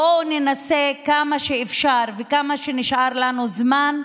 בואו ננסה, כמה שאפשר וכמה שנשאר לנו זמן,